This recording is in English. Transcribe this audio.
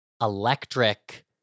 electric